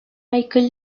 michael